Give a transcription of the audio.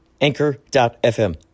Anchor.fm